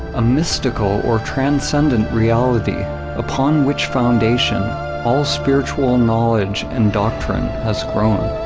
a mystical or transcendent reality upon which foundation all spiritual knowledge and doctrine has grown.